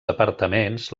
departaments